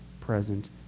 present